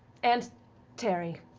and tary.